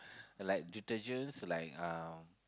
like detergents like um